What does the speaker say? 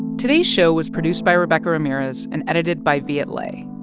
today's show was produced by rebecca ramirez and edited by viet le.